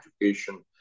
education